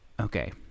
Okay